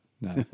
no